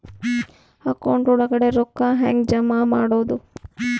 Account ಒಳಗಡೆ ರೊಕ್ಕ ಹೆಂಗ್ ಜಮಾ ಮಾಡುದು?